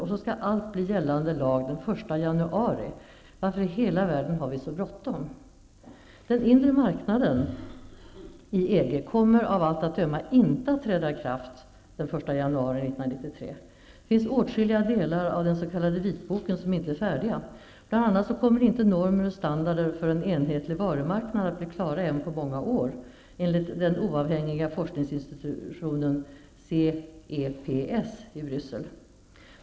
Och så skall allt bli gällande lag den 1 januari! Varför i hela världen har vi så bråttom? Den inre marknaden i EG kommer av allt att döma inte att träda i kraft i EG den 1 januari 1993. Det finns åtskilliga delar av den s.k. vitboken som inte är färdiga. Bl.a. kommer inte normer och standarder för en enhetlig varumarknad att bli klara än på många år, enligt det oavhängiga forskningsinstitutet CEPS i Bryssel.